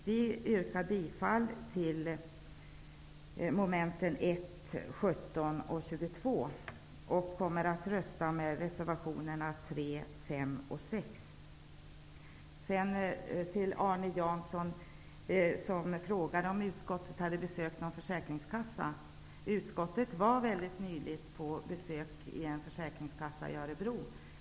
Vi yrkar bifall till mom. 1, 17 och 22, och vi kommer att rösta med reservationerna 3, 5 och 6. Arne Jansson frågade om utskottet hade besökt någon försäkringskassa. Utskottet besökte nyligen en försäkringskassa i Örebro.